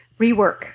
Rework